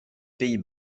pays